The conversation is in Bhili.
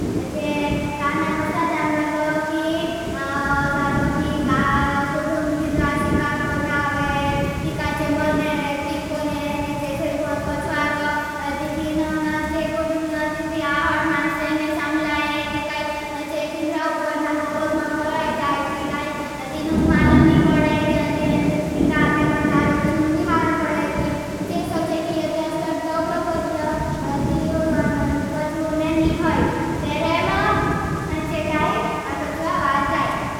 जनवर्गी कुदं तिन्द्रा शिकार करने आवे। ती काई चे मरने एक्टिंग करे। जैसे कौछ वारो ती तीनुंग चे कुदं तिन्द्री आहट मान्सेन ने साम्लाए। ती काई चे तिन्द्रा उपर ना कोवज मा भराय जाए। ती काई तीनुंग मालम नी पड चे। सोचे कि ये ते असले दोगड़ पर रिया ती कौछ ने नी होई। देरे मां चे काई कौछवा बाद जाए।